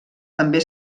també